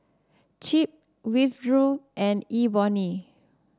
Chip Winthrop and Ebony